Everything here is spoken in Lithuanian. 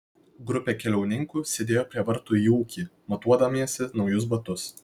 grupė keliauninkų sėdėjo prie vartų į ūkį matuodamiesi naujus batus